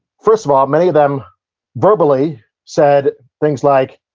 first of all, many of them verbally said things like,